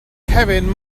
kevin